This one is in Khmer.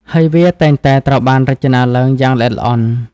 ហើយវាតែងតែត្រូវបានរចនាឡើងយ៉ាងល្អិតល្អន់។